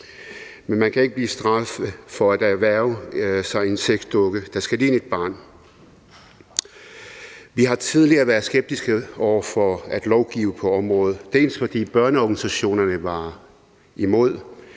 men man kan ikke blive straffet for at erhverve sig en sexdukke, der skal ligne et barn. Vi har tidligere været skeptiske over for at lovgive på området, dels fordi børneorganisationerne var imod,